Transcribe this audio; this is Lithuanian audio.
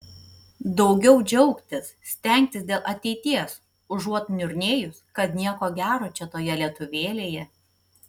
daugiau džiaugtis stengtis dėl ateities užuot niurnėjus kad nieko gero čia toje lietuvėlėje